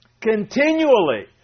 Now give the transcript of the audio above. continually